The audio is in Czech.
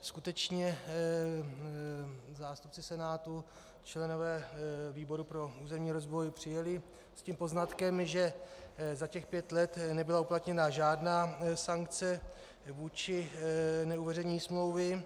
Skutečně zástupci Senátu, členové výboru pro územní rozvoj, přijeli s tím poznatkem, že za těch pět let nebyla uplatněna žádná sankce vůči neuveřejnění smlouvy.